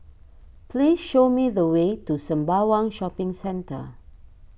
please show me the way to Sembawang Shopping Centre